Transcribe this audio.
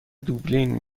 دابلین